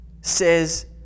says